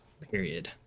Period